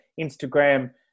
Instagram